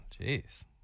Jeez